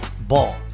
Ball